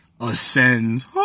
ascends